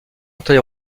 grand